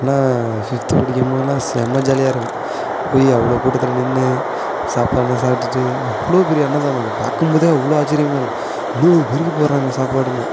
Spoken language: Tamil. ஆனால் ஃபிஃப்த் படிக்கும்போதுலாம் செம்ம ஜாலியாக இருக்கும் போய் அவ்வளோ கூட்டத்தில் நின்று சாப்பாடுலாம் சாப்பிடுட்டு அவ்வளோ பெரிய அன்னதானம் அது பார்க்கும்போதே அவ்வளோ ஆச்சிரியமாக இருக் இவ்வளோ பேருக்கு போடுறாங்க சாப்பாடுன்னு